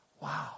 Wow